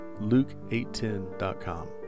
Luke810.com